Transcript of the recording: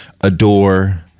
Adore